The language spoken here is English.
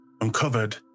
uncovered